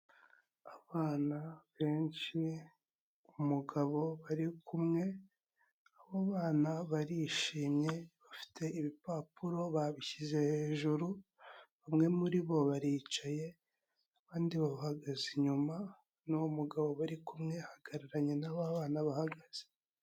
Abana benshi, umugabo bari kumwe ,abo bana barishimye bafite ibipapuro babishyize hejuru, bamwe muri bo baricaye, abandi babahagaze inyuma, n'uwo mugabo bari kumwe ahagararanye na ba bana bahagaze.